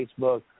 Facebook